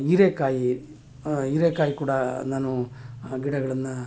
ಹೀರೇಕಾಯಿ ಹೀರೇಕಾಯಿ ಕೂಡ ನಾನು ಗಿಡಗಳನ್ನು